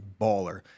baller